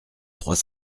trois